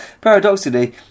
Paradoxically